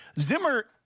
Zimmer